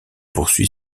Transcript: poursuit